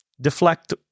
deflect